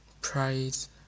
prize